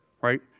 right